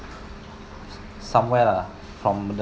somewhere lah from